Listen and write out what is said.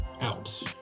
out